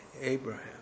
Abraham